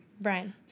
Brian